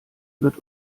wird